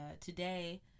today